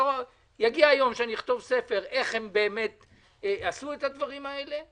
יגיע היום שאני אכתוב ספר איך הם עשו את הדברים האלה,